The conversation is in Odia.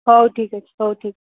ହେଉ ଠିକ୍ ଅଛି ହେଉ ଠିକ୍ ଅଛି